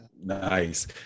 nice